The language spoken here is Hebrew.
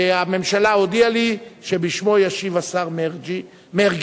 הממשלה הודיעה לי שבשמו ישיב השר מרגי.